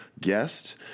guest